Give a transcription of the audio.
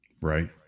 Right